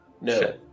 No